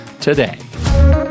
today